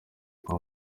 kwa